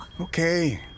Okay